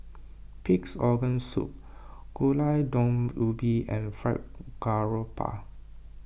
Pig's Organ Soup Gulai Daun Ubi and Fried Garoupa